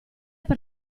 per